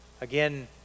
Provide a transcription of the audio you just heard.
Again